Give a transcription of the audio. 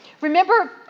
Remember